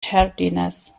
tardiness